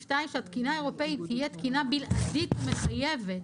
2 שהתקינה האירופית תהיה תקינה בלעדית מחייבת.